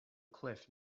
cliff